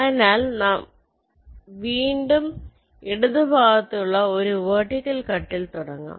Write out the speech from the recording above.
അതിനാൽ എന്നാൽ വീണ്ടും ഇടതുഭാഗത്തുള്ള ഉള്ള ഒരു വെർട്ടിക്കൽ കട്ടിൽ തുടങ്ങാം